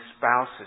spouses